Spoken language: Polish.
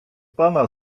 pana